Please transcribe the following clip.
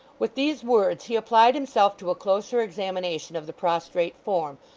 with these words, he applied himself to a closer examination of the prostrate form,